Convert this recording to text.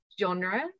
genre